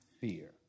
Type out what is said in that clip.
fear